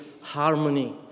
harmony